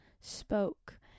spoke